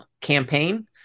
campaign